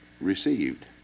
received